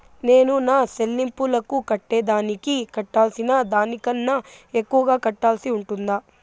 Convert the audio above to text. నేను నా సెల్లింపులకు కట్టేదానికి కట్టాల్సిన దానికన్నా ఎక్కువగా కట్టాల్సి ఉంటుందా?